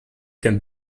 can